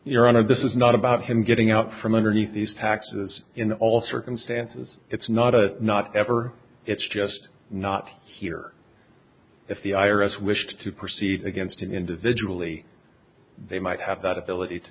you're on a this is not about him getting out from underneath these taxes in all circumstances it's not a not ever it's just not here if the i r s wished to proceed against an individual e they might have that ability to